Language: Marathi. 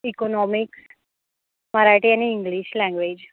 इकोनोमिक्स मराठी आणि इंग्लिश लैंग्वेज